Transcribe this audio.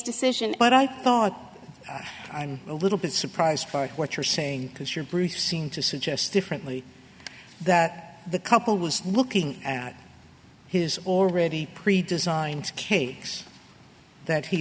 decision but i thought i'm a little bit surprised by what you're saying because your proof seemed to suggest differently that the couple was looking at his already pre designed cakes that he